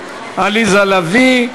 אוקיי.